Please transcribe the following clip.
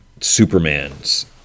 Superman's